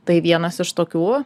tai vienas iš tokių